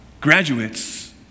Graduates